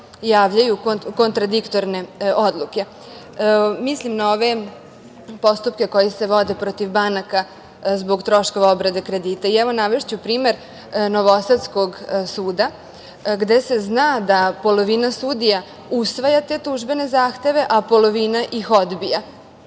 javljaju kontradiktorne odluke. Mislim na ove postupke koji se vode protiv banaka zbog troškova obrade kredita. Evo navešću primer Novosadskog suda, gde se zna da polovina sudija usvaja te tužbene zahteve, a polovina ih odbija,